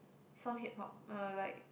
some Hip-Hop uh like